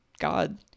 God